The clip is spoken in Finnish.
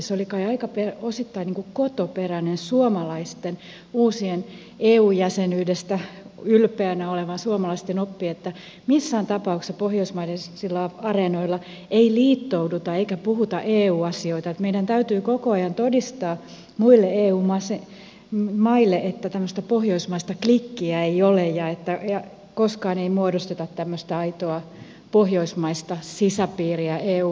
se oli kai osittain aika kotoperäinen suomalaisten uusien eu jäsenyydestä ylpeänä olevien oppi että missään tapauksessa pohjoismaisilla areenoilla ei liittouduta eikä puhuta eu asioita että meidän täytyy koko ajan todistaa muille eu maille että tämmöistä pohjoismaista klikkiä ei ole ja että koskaan ei muodosteta tämmöistä aitoa pohjoismaista sisäpiiriä eu asioissa